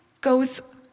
goes